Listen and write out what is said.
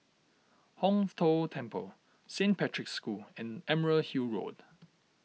Hong Tho Temple Saint Patrick's School and Emerald Hill Road